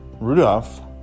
Rudolph